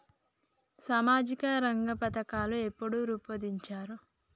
సామాజిక రంగ పథకాలు ఎప్పుడు రూపొందించారు?